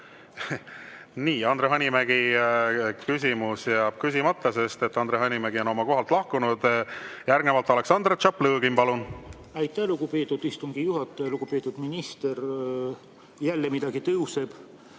Andre Hanimägi küsimus jääb küsimata, sest Andre Hanimägi on oma kohalt lahkunud. Järgnevalt Aleksandr Tšaplõgin, palun! Aitäh, lugupeetud istungi juhataja! Lugupeetud minister! Jälle midagi tõuseb.